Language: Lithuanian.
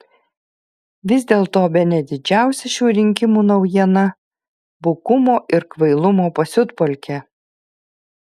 vis dėlto bene didžiausia šių rinkimų naujiena bukumo ir kvailumo pasiutpolkė